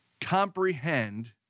comprehend